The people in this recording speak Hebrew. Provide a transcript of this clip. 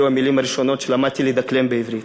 אלה היו המילים הראשונות שלמדתי לדקלם בעברית.